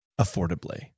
affordably